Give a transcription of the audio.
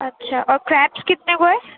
اچھا اور کریبس کتنے کو ہے